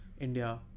India